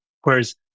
whereas